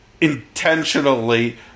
intentionally